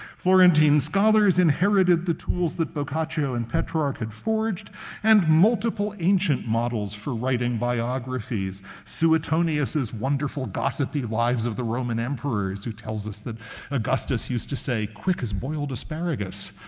florentine scholars inherited the tools that boccaccio and petrarch had forged and multiple ancient models for writing biographies suetonius' wonderful, gossipy lives of the roman emperors, who tells us that augustus used to say, quick as boiled asparagus